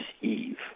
Eve